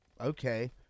okay